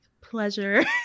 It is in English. pleasure